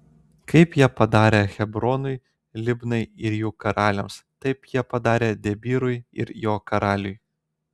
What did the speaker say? kaip jie padarė hebronui libnai ir jų karaliams taip jie padarė debyrui ir jo karaliui